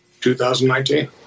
2019